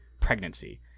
pregnancy